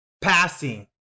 Passing